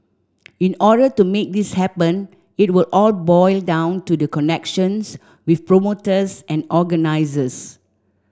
in order to make this happen it will all boil down to the connections with promoters and organisers